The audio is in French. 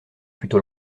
plutôt